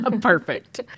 Perfect